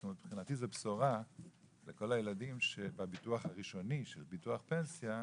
זאת אומרת מבחינתי זו בשורה לכל הילדים שבביטוח הראשוני של ביטוח פנסיה,